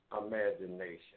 Imagination